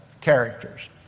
characters